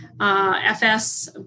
FS